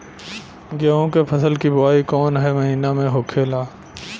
गेहूँ के फसल की बुवाई कौन हैं महीना में होखेला?